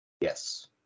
Yes